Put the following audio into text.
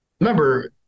remember